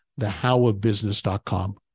thehowofbusiness.com